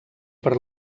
per